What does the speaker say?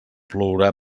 plourà